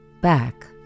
back